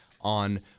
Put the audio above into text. on